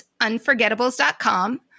unforgettables.com